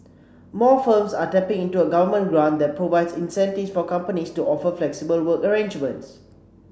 more firms are tapping into a Government grant that provides incentives for companies to offer flexible work arrangements